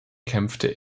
kämpfte